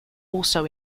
also